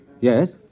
Yes